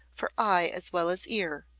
for eye as well as ear.